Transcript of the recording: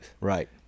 Right